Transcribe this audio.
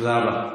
תודה רבה.